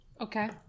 Okay